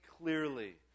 clearly